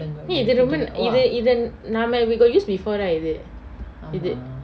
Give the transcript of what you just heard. eh இது ரொம்ப இது இதன் நாம:ithu romba ithu ithan naama we got use before right is it is it